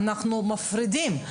אנחנו כן מפרידים.